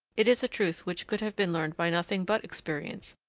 it is a truth which could have been learned by nothing but experience,